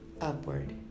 upward